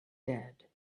dead